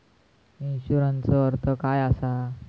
इन्शुरन्सचो अर्थ काय असा?